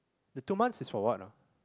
the two months is for what ah